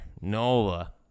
Nola